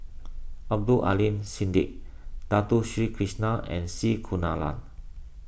Abdul Aleem Siddique Dato Sri Krishna and C Kunalan